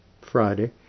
Friday